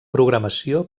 programació